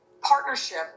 partnership